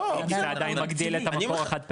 וזה עדין מגדיל את המקור החד הפעמי.